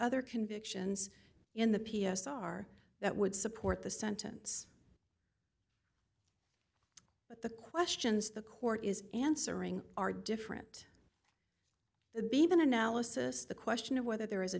other convictions in the p s r that would support the sentence but the questions the court is answering are different the be even analysis the question of whether there is a